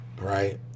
right